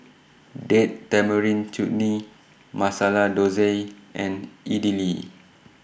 Date Tamarind Chutney Masala Dosa and Idili